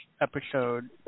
episode